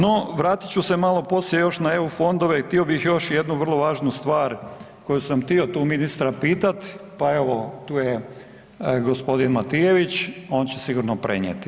No, vratit ću se malo poslije još na EU i htio bih još jednu vrlo važnu stvar koju sam htio tu ministra pitati, pa evo tu je gospodin Matijević on će sigurno prenijeti.